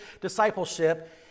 discipleship